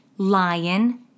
lion